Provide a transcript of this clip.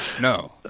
no